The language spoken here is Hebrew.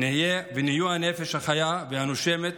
הם נהיו הנפש החיה והנושמת